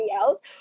else